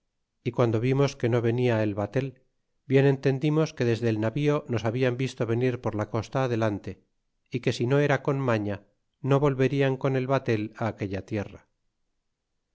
y guando vimos que no venia el batel bien entendimos que desde el navío nos habian visto venir por la costa adelante y que si no era con tnaila no volverian con el batel aquella tierra